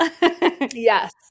Yes